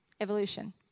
evolution